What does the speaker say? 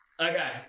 Okay